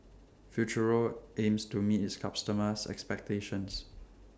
Futuro aims to meet its customers' expectations